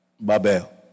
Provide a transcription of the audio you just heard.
Babel